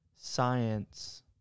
science